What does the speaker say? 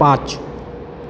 પાંચ